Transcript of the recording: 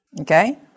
Okay